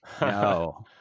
no